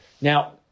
Now